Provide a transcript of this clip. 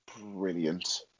brilliant